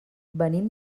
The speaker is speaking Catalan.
venim